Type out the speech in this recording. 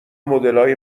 مدلای